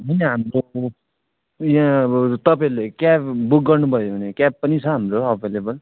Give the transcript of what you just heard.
होइन हाम्रो यहाँ अब तपाईँहरूले क्याब बुक गर्नुभयो भने क्याब पनि छ हाम्रो अभाइलेबल